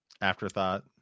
afterthought